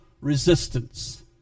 resistance